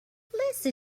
listen